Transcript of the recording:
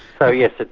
so yes,